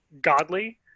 godly